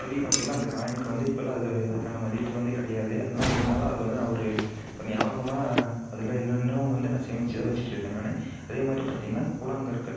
இப்போதிக்கு பார்த்திங்கனா அந்த காயினுக்கு வந்து இப்போயெல்லாம் அதுக்கான மதிப்பு வந்து கிடையாது இல்லைனா இருந்தாலும் அது வந்து அவர் ஒரு ஞாபகமாக அதில் இன்னும் இன்னும் வந்து சேமிச்சு தான் வச்சிட்டு இருக்கேன் நான் அதே மாதிரி பார்த்திங்கன்னா கூழாங்கற்கள்